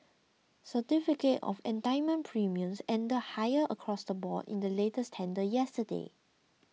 certificate of entitlement premiums ended higher across the board in the latest tender yesterday